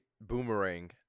boomerang